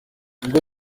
ingo